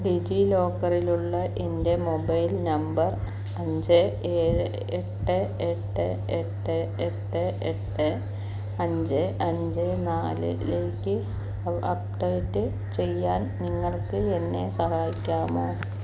ഡിജിലോക്കറിലുള്ള എൻ്റെ mobile number അഞ്ച് ഏഴ് എട്ട് എട്ട് എട്ട് എട്ട് എട്ട് അഞ്ച് അഞ്ച് നാലിലേക്ക് അപ്ഡേറ്റ് ചെയ്യാൻ നിങ്ങൾക്ക് എന്നെ സഹായിക്കാമോ